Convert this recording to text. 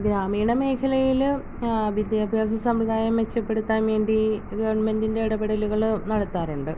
ഗ്രാമീണ മേഖലയിൽ വിദ്യാഭ്യാസ സംവിധാനം മെച്ചപ്പെടുത്താൻ വേണ്ടി ഗവൺമെൻറ്റിൻറ്റെ ഇടപെടലുകൾ നടത്താറുണ്ട്